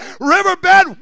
riverbed